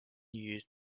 used